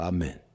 Amen